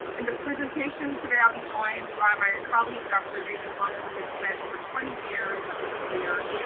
in the presentation today i'll be joined by my colleague, dr. david monk who has spent over twenty years of his career.